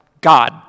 God